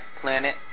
Planet